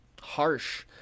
harsh